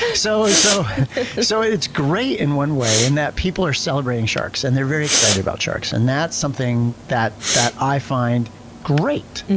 so so so it's great in one way, in that people are celebrating sharks, and they're very excited about sharks, and that's something that that i find great.